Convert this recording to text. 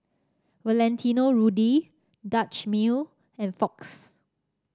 Valentino Rudy Dutch Mill and Fox